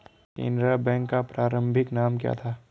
Canara bank का प्रारंभिक नाम क्या था?